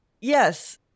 Yes